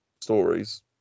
stories